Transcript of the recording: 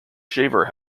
shaver